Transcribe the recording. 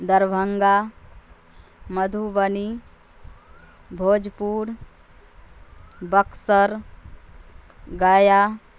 دربھنگا مدھوبنی بھوجپور بکسر گیا